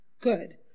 Good